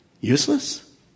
Useless